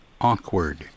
Awkward